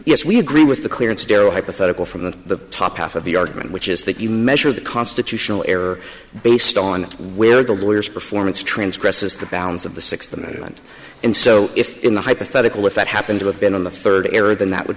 yes we agree with the clarence darrow hypothetical from the top half of the argument which is that you measure the constitutional error based on where the lawyers performance transgresses the bounds of the sixth amendment and so if in the hypothetical if that happened to have been on the third error then that would